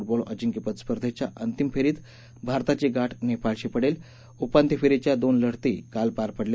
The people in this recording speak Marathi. डॉल अजिंक्यपद स्पर्धेच्या अंतिम फ्रींत भारताची गाठ नप्रिळशी पडली उपांत्य फ्रींच्या दोन लढती काल पार पडल्या